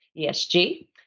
ESG